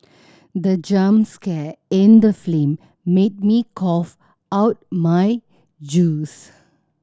the jump scare in the film made me cough out my juice